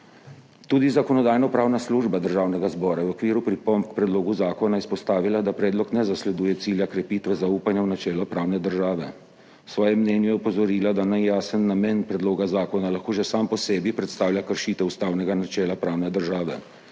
Tudi Zakonodajno-pravna služba Državnega zbora je v okviru pripomb k predlogu zakona izpostavila, da predlog ne zasleduje cilja krepitve zaupanja v načelo pravne države. V svojem mnenju je opozorila, da nejasen namen predloga zakona lahko že sam po sebi predstavlja kršitev ustavnega načela pravne države,